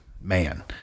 man